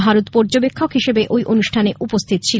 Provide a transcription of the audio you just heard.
ভারত পর্যবেক্ষক হিসাবে এই অনুষ্ঠানে উপস্থিত ছিল